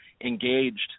engaged